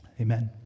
Amen